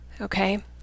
okay